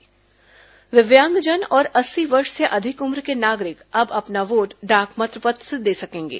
डाक मतपत्र दिव्यांगजन और अस्सी वर्ष से अधिक उम्र के नागरिक अब अपना वोट डाक मतपत्र से दे सकेंगे